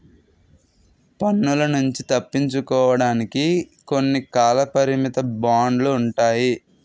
పన్నుల నుంచి తప్పించుకోవడానికి కొన్ని కాలపరిమిత బాండ్లు ఉంటాయి